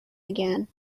again